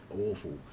awful